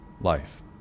life